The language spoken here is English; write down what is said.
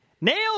Nailed